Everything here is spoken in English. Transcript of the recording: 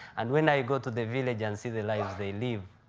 and when i go to the village and see the lives they live,